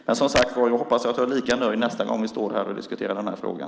Men, som sagt var, jag hoppas att jag är lika nöjd nästa gång vi står här och diskuterar den här frågan.